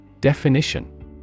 definition